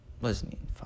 Listening